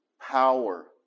power